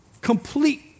complete